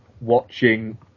watching